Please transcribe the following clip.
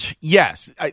yes